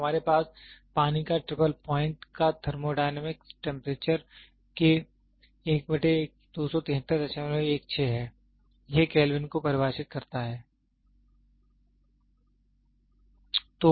हमारे पास पानी का ट्रिपल प्वाइंट का थर्मोडायनामिक्स टेंपरेचर के हैं यह केल्विन को परिभाषित करता है